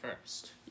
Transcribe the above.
first